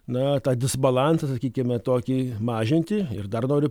na tą disbalansą sakykime tokį mažinti ir dar noriu